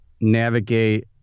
navigate